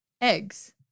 Eggs